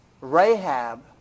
Rahab